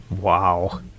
Wow